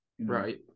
right